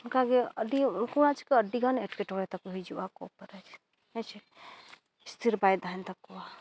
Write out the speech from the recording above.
ᱚᱱᱠᱟᱜᱮ ᱟᱹᱰᱤ ᱩᱱᱠᱩᱣᱟᱜ ᱪᱤᱠᱟᱹ ᱟᱹᱰᱤᱜᱟᱱ ᱮᱴᱠᱮᱴᱚᱬᱮ ᱛᱟᱠᱚ ᱦᱤᱡᱩᱜᱼᱟ ᱦᱮᱸᱪᱮ ᱥᱛᱷᱤᱨ ᱵᱟᱭ ᱛᱟᱦᱮᱱ ᱛᱟᱠᱚᱣᱟ